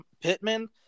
Pittman